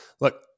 look